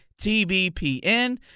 TBPN